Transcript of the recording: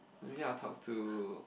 maybe I will talk to